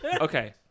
Okay